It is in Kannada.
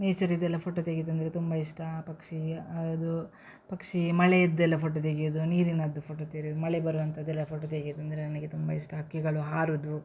ನೇಚರ್ ಇದೆಲ್ಲ ಫೋಟೊ ತೆಗೆಯುದು ಅಂದರೆ ತುಂಬ ಇಷ್ಟ ಪಕ್ಷಿ ಅದು ಪಕ್ಷಿ ಮಳೆಯದ್ದೆಲ್ಲ ಫೋಟೊ ತೆಗೆಯೋದು ನೀರಿನದ್ದು ಫೋಟೊ ತೆರೆಯೋದು ಮಳೆ ಬರುವಂಥದ್ದೆಲ್ಲ ಫೋಟೊ ತೆಗೆಯದು ಅಂದರೆ ನನಗೆ ತುಂಬ ಇಷ್ಟ ಹಕ್ಕಿಗಳು ಹಾರೋದು